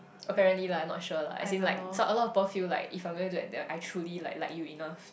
apparently lah I not sure lah as in like a lot of people feel like if I I truly like like you enough